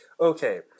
Okay